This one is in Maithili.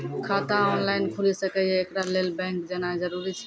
खाता ऑनलाइन खूलि सकै यै? एकरा लेल बैंक जेनाय जरूरी एछि?